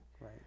right